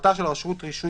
החלטה של רשות רישוי